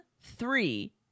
three